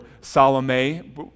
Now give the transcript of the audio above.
Salome